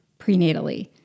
prenatally